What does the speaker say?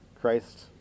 Christ